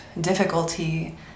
difficulty